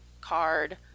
card